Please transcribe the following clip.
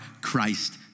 Christ